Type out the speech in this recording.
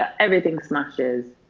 everything smashes.